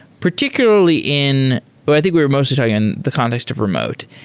particularly in but i think we're mostly talking on the context of remote.